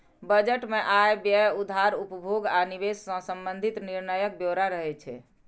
budget मे आय, व्यय, उधार, उपभोग आ निवेश सं संबंधित निर्णयक ब्यौरा रहै छै